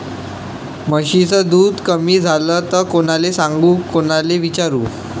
म्हशीचं दूध कमी झालं त कोनाले सांगू कोनाले विचारू?